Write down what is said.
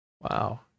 wow